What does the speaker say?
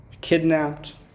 kidnapped